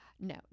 No